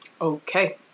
okay